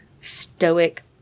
Stoic